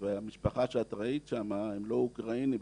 המשפחה שאת ראית שם הם לא אוקראינים בכלל,